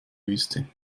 wüste